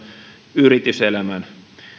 yrityselämän